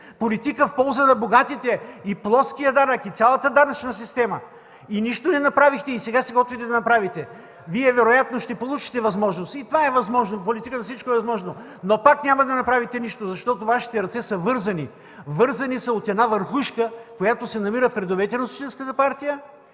Политика в полза на богатите – и плоският данък, и цялата данъчна система! И нищо не направихте! И сега се готвите да направите! Вие вероятно ще получите възможност. И това е възможно, в политиката всичко е възможно! Но пак няма да направите нищо, защото Вашите ръце са вързани, вързани са от една върхушка, която се намира в редовете на Социалистическата партия,